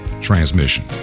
transmission